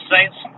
Saints